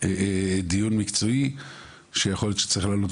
דיון מקצועי שיכול להיות שצריך להעלות